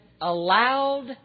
allowed